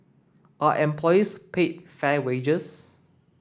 are employees paid fair wages